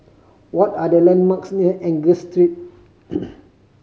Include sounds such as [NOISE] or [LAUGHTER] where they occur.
what are the landmarks near Angus Street [NOISE]